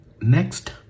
next